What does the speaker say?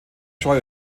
scheu